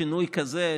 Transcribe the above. שינוי כזה,